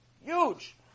Huge